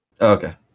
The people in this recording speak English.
Okay